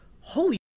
holy